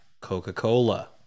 coca-cola